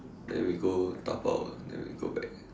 then we go dabao then we go back